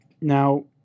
Now